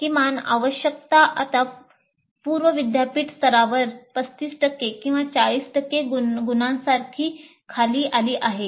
किमान आवश्यकता आता पूर्व विद्यापीठ स्तरावर 35 टक्के किंवा 40 टक्के गुणांसारखी खाली आली आहे